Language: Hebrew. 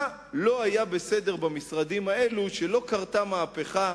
מה לא היה בסדר במשרדים האלה, שלא קרתה מהפכה,